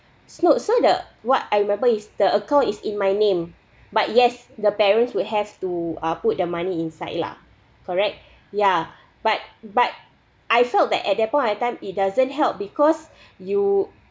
it's not so the what I remember is the account is in my name but yes the parents will have to uh put the money inside lah correct ya but but I felt that at that point of time it doesn't help because you